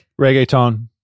Reggaeton